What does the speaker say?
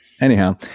anyhow